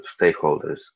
stakeholders